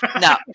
No